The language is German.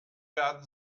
werden